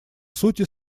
сути